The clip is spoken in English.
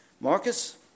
Marcus